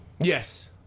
Yes